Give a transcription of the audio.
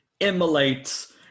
emulates